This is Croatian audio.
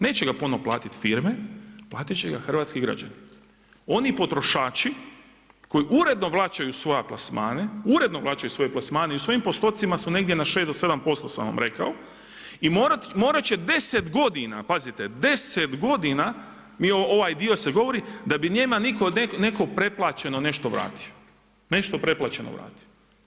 Neće ga puno platiti firme, platiti će ga hrvatski građani, oni potrošači koji uredno vraćaju svoje plasmane, uredno vraćaju svoje plasmane i u svojim postocima su negdje na 6 do 7% sam vam rekao i morati će 10 godina, pazite 10 godina ovaj dio se govori da bi njima nitko, netko preplaćeno nešto vratio, nešto pretplaćeno vratio.